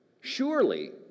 surely